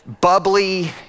bubbly